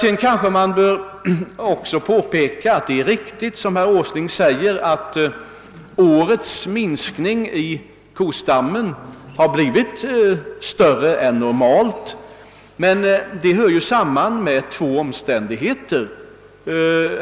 Sedan kanske jag också bör påpeka att herr Åslings uppgift att årets minskning av kostammen har blivit större än normalt är riktig. Denna minskning är dock att hänföra till två olika omständigheter.